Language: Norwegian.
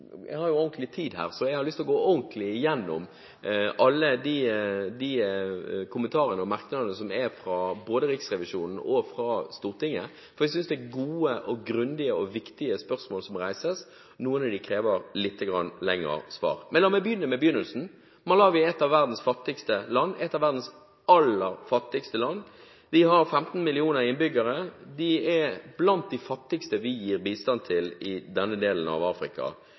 har lyst til å gå ordentlig gjennom alle de kommentarene og merknadene som er fra både Riksrevisjonen og Stortinget. Jeg synes det er gode, grundige og viktige spørsmål som reises. Noen av dem krever litt lengre svar. La meg begynne med begynnelsen. Malawi er et av verdens aller fattigste land. Det har 15 millioner innbyggere, det er blant det fattigste vi gir bistand til i denne delen av Afrika.